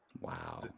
Wow